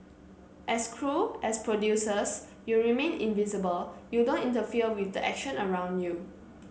as crew as producers you remain invisible you don't interfere with the action around you